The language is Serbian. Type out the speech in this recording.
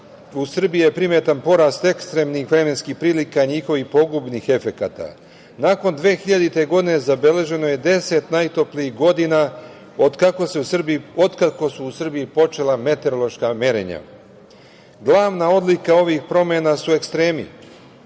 U Srbiji je primetan porast ekstremnih vremenskih prilika i njihovih pogubnih efekata. Nakon 2000. godine zabeleženo je 10 najtoplijih godina od kako su u Srbiji počela meteorološka merenja. Glavna odlika ovih promena su ekstremi,